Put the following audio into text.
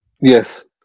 Yes